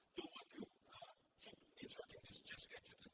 you'll want to keep inserting this chess gadget